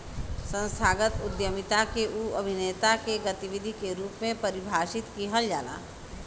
संस्थागत उद्यमिता के उ अभिनेता के गतिविधि के रूप में परिभाषित किहल जाला